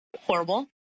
horrible